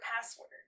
password